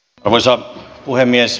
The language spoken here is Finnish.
arvoisa puhemies